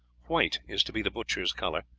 white is to be the butchers' colour.